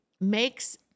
makes